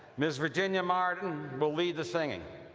ms. virginia martin will lead the singing.